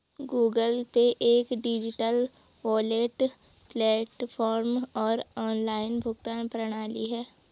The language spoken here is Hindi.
गूगल पे एक डिजिटल वॉलेट प्लेटफ़ॉर्म और ऑनलाइन भुगतान प्रणाली है